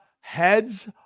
heads